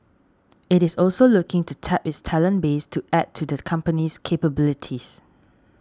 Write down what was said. it is also looking to tap its talent base to add to the company's capabilities